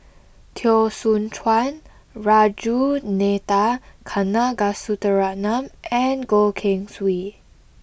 Teo Soon Chuan Ragunathar Kanagasuntheram and Goh Keng Swee